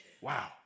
Wow